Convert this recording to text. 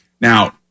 Now